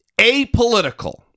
apolitical